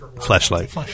Flashlight